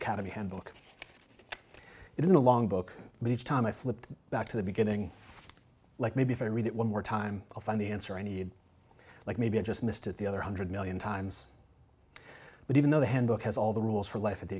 academy handbook it is a long book but each time i flipped back to the beginning like maybe if i read it one more time i'll find the answer i need like maybe i just missed it the other hundred million times but even though the handbook has all the rules for life at the